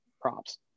props